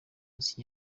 muziki